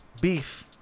beef